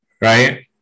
Right